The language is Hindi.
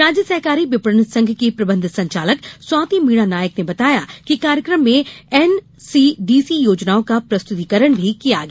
राज्य सहकारी विपणन संघ की प्रबंध संचालक स्वाति मीणा नायक ने बताया कि कार्यक्रम में एनसीडीसी योजनाओं का प्रस्तुतिकरण भी किया गया